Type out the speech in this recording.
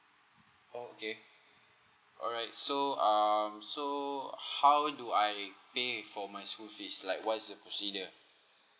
oh okay alright so um so how do I pay for my school fees like what is the procedure